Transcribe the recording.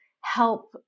help